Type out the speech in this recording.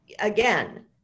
again